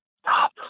Stop